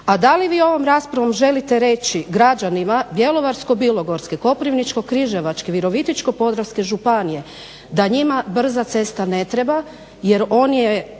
a da li vi ovom raspravom želite reći građanima Bjelovarsko-bilogorske, Koprivničko-križevačke, Virovitičko-podravske županije da njima brza cesta ne treba jer ona je